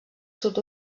sud